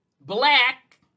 black